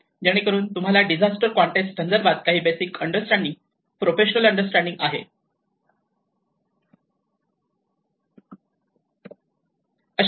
जेणेकरून तुम्हाला disaster context संदर्भात काही बेसिक अंडरस्टँडिंग प्रोफेशनल अंडरस्टँडिंग आहे